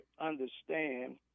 understand